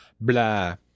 Blah